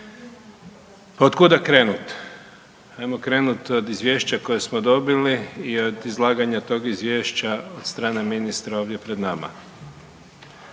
Od kuda krenuti? Hajmo krenuti od Izvješća koje smo dobili i od izlaganja toga Izvješća od strane ministra ovdje pred nama.